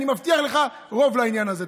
אני מבטיח לך רוב לעניין הזה.